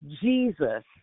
Jesus